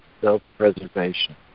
self-preservation